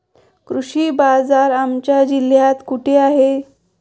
कृषी बाजार आमच्या जिल्ह्यात कुठे आहे?